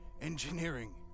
engineering